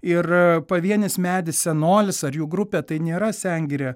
ir pavienis medis senolis ar jų grupė tai nėra sengirė